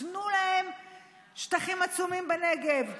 תנו להם שטחים עצומים בנגב,